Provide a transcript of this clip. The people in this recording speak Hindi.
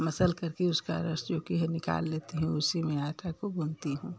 मसल करके उसका रस जो कि है निकाल लेती हूँ उसी में आटा को गूँथती हूँ